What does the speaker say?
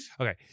Okay